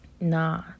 nah